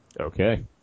Okay